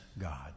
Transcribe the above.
God